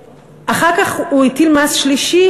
אחר כך הוא הטיל מס שלישי,